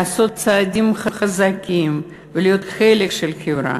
לעשות צעדים חזקים ולהיות חלק של החברה.